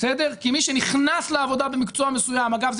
כי מי שנכנס לעבודה במקצוע מסוים אגב,